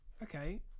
Okay